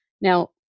Now